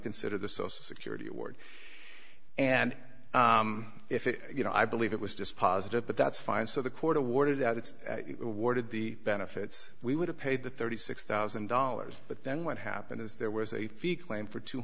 consider the social security award and if it you know i believe it was just positive but that's fine so the court awarded out its warded the benefits we would have paid the thirty six thousand dollars but then what happened is there was a fee claim for two